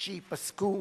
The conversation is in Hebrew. שהם ייפסקו,